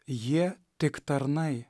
jie tik tarnai